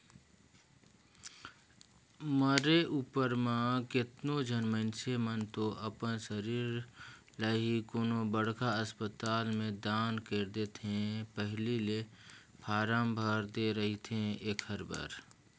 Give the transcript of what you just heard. मरे उपर म केतनो झन मइनसे मन तो अपन सरीर ल ही कोनो बड़खा असपताल में दान कइर देथे पहिली ले फारम भर दे रहिथे एखर बर